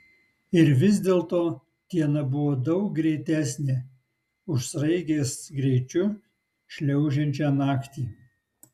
ir vis dėlto diena buvo daug greitesnė už sraigės greičiu šliaužiančią naktį